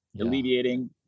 alleviating